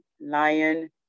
Lion